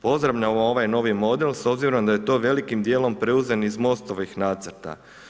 Pozdravljamo ovaj novi model s obzirom da je to velikim dijelom preuzeto iz MOST-ovim nacrta.